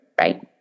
right